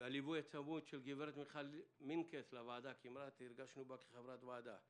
והליווי הצמוד של הגב' מיכל מינקס כמעט הרגשנו בה כחברת בוועדה.